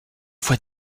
fois